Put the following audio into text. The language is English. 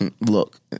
look